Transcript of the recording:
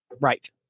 Right